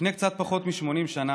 לפני קצת פחות מ-80 שנה,